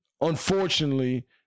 unfortunately